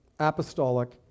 apostolic